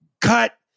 cut